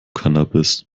cannabis